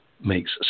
makes